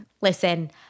Listen